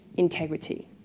integrity